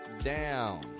down